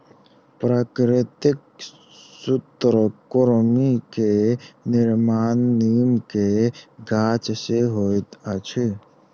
प्राकृतिक सूत्रकृमि के निर्माण नीम के गाछ से होइत अछि